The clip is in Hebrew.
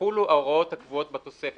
יחולו ההוראות הקבועות בתוספת.